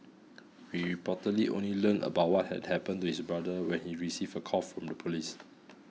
he reportedly only learned about what had happened to his brother when he received a call from the police